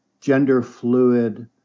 gender-fluid